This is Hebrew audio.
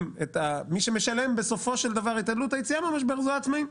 מי שמשלם בסופו של דבר את עלות היציאה מהמשבר אלה העצמאים.